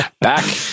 Back